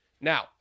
Now